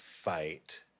fight